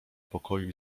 pokoju